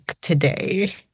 today